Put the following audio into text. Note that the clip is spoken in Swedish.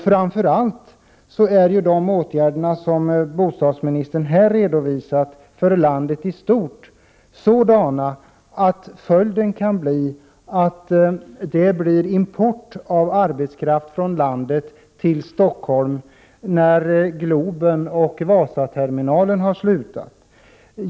Framför allt är de åtgärder som bostadsministern här redovisat för landet i stort sådana att följden kan bli att det blir import av arbetskraft från landet till Stockholm när arbetena med Globen och Vasaterminalen har slutförts.